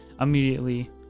immediately